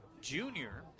junior